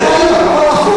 זה רעיון, נכון?